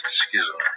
schism